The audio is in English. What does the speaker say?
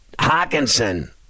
Hawkinson